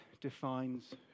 defines